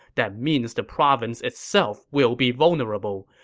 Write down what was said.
that means the province itself will be vulnerable.